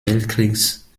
weltkriegs